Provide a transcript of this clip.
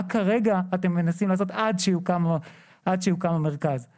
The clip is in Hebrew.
מה כרגע אתם מנסים לעשות עד שיוקם המרכז לבריאות האישה?